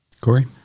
Corey